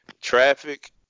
traffic